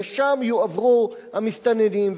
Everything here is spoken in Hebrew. לשם יועברו המסתננים,